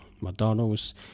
McDonald's